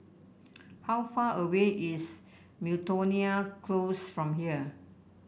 how far away is Miltonia Close from here